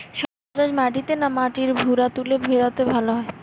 শশা চাষ মাটিতে না মাটির ভুরাতুলে ভেরাতে ভালো হয়?